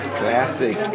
classic